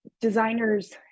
designers